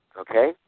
okay